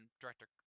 Director